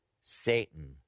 Satan